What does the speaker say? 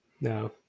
No